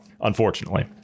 unfortunately